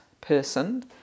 person